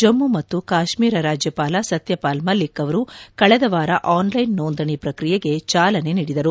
ಜಮ್ಮು ಮತ್ತು ಕಾಶ್ಮೀರ ರಾಜ್ಯಪಾಲ ಸತ್ಯಪಾಲ್ ಮಲ್ಲಿಕ್ ಅವರು ಕಳೆದ ವಾರ ಆನ್ಲ್ವೆನ್ ನೋಂದಣಿ ಪ್ರಕ್ರಿಯೆಗೆ ಚಾಲನೆ ನೀಡಿದರು